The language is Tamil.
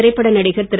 திரைப்பட நடிகர் திரு